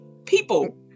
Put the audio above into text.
people